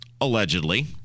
allegedly